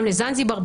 גם לזנזיבר.